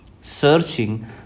searching